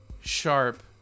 Sharp